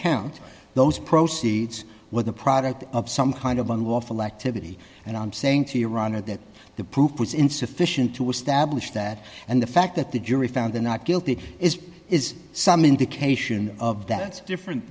count those proceeds with the product of some kind of unlawful activity and i'm saying to your honor that the proof was insufficient to establish that and the fact that the jury found the not guilty is is some indication of that different